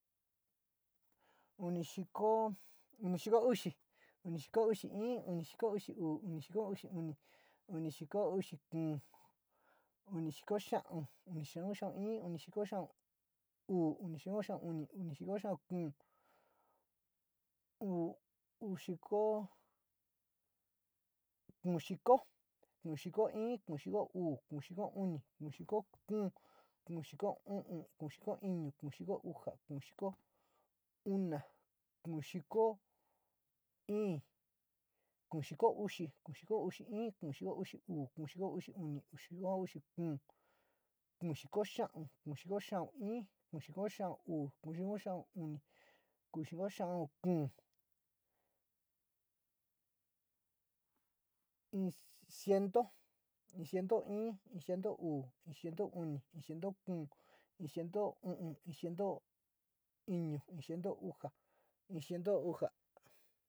Uni xíko úxi, uni xíko úxí, uni xíko úxí uu, uni xíko úxi uni, uni xíko úxi kuu, uni xíko xíau, uni xíko xíau i, uni xíko xíau uu, uni xíko xíau uni, uni xíko xíau kuu, kuu xíko, kuu xíko i, kuu xíko uu, kuu xíko uni, kuu xíko kuu, kuu xíko íni, kuu xíko úxa, kuu xíko una, kuu xíko úxi, kuu xíko úxi uu, kuu xíko úxi uni, kuu xíko úxi kuu, kuu xíko xíau, kuu xíko xíau i, kuu xíko xíau uu, kuu xíko xíau uni, kuu xíko xíau kuu, kuu xíko xíau uní, ciento i, ciento u, ciento uu, ciento kuu, ciento uni, ciento ínu, i ciento úxa.